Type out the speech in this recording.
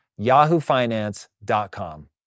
yahoofinance.com